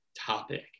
topic